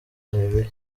areruya